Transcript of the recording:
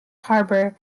harbor